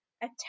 attack